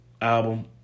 album